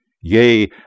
Yea